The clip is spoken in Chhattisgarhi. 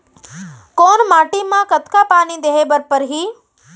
कोन माटी म कतका पानी देहे बर परहि?